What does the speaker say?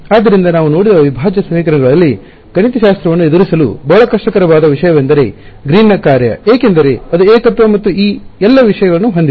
ಆದ್ದರಿಂದ ನಾವು ನೋಡಿದ ಅವಿಭಾಜ್ಯ ಸಮೀಕರಣಗಳಲ್ಲಿ ಗಣಿತಶಾಸ್ತ್ರವನ್ನು ಎದುರಿಸಲು ಬಹಳ ಕಷ್ಟಕರವಾದ ವಿಷಯವೆಂದರೆ ಗ್ರೀನ್ನ ಕಾರ್ಯ ಏಕೆಂದರೆ ಅದು ಏಕತ್ವ ಮತ್ತು ಆ ಬೇಕಾದ ವಿಷಯಗಳನ್ನು ಹೊಂದಿದೆ